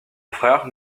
frère